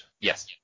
Yes